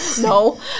No